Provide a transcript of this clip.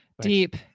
deep